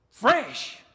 Fresh